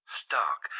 stark